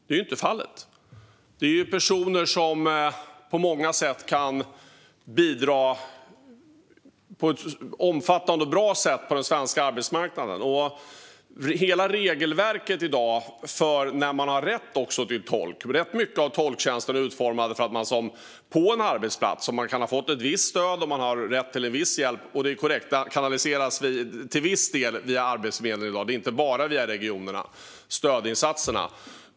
Så är ju inte fallet, utan de är personer som kan bidra på ett omfattande och bra sätt på den svenska arbetsmarknaden. När det gäller regelverket för när man har rätt till tolk i dag är rätt mycket av tolktjänsten utformad så att man på en arbetsplats ska få visst stöd och viss hjälp som man har rätt till. Det är korrekt att detta i dag till viss del kanaliseras via Arbetsförmedlingen. Stödinsatserna går alltså inte bara via regionerna.